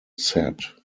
set